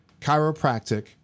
chiropractic